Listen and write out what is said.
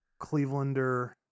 Clevelander